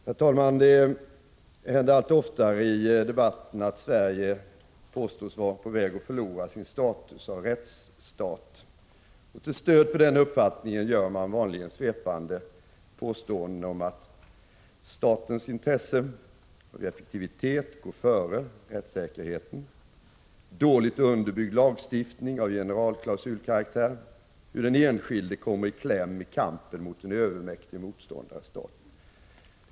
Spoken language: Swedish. Herr talman! Det händer allt oftare i debatten att Sverige påstås vara på väg att förlora sin status som rättsstat. Till stöd för den uppfattningen gör man vanligen svepande påståenden om att statens intresse och effektivitet går före rättssäkerheten, om dåligt underbyggd lagstiftning av generalklausulskaraktär och om hur den enskilde kommer i kläm i kampen mot en övermäktig motståndare, staten.